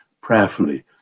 prayerfully